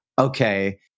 Okay